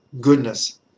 goodness